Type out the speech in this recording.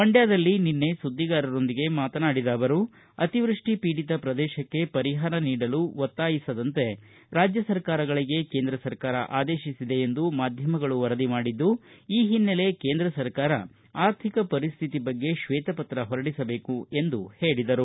ಮಂಡ್ಯದಲ್ಲಿ ನಿನ್ನೆ ಸುದ್ದಿಗಾರರೊಂದಿಗೆ ಮಾತನಾಡಿದ ಅವರು ಅತಿವೃಷ್ಟಿ ಪೀಡಿತ ಪ್ರದೇಶಕ್ಕೆ ಪರಿಹಾರ ನೀಡಲು ಒತ್ತಾಯಿಸದಂತೆ ರಾಜ್ಯ ಸರ್ಕಾರಗಳಿಗೆ ಕೇಂದ್ರ ಸರ್ಕಾರ ಆದೇಶಿಸಿದೆ ಎಂದು ಮಾಧ್ಯಮಗಳು ವರದಿ ಮಾಡಿದ್ದು ಈ ಹಿನ್ನಲೆ ಕೇಂದ್ರ ಸರ್ಕಾರ ಆರ್ಥಿಕ ಪರಿಸ್ಥಿತಿ ಬಗ್ಗೆ ಕ್ಷೇತಪತ್ರ ಹೊರಡಿಸಬೇಕು ಎಂದು ಹೇಳಿದರು